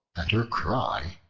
and her cry,